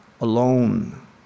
alone